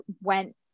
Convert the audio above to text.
went